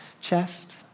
chest